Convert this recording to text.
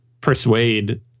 persuade